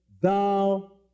thou